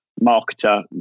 marketer